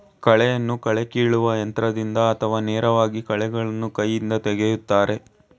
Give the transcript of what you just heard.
ಕಳೆಯನ್ನು ಕಳೆ ಕೀಲುವ ಯಂತ್ರದಿಂದ ಅಥವಾ ನೇರವಾಗಿ ಕಳೆಗಳನ್ನು ಕೈಯಿಂದ ತೆಗೆಯುತ್ತಾರೆ